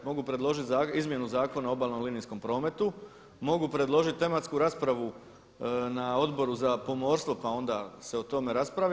Mogu predložit izmjenu Zakona o obalnom linijskom prometu, mogu predložiti tematsku raspravu na Odboru za pomorstvo pa onda se o tome raspravlja.